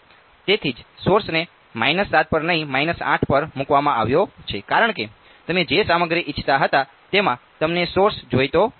તેથી જ સોર્સને 7 પર નહીં 8 પર મુકવામાં આવ્યો છે કારણ કે તમે જે સામગ્રી ઇચ્છતા હતા તેમાં તમને સોર્સ જોઈતો નથી